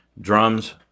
drums